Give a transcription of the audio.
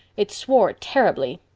it swore terribly.